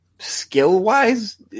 Skill-wise